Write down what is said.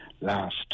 last